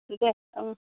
दे उम